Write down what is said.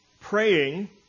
praying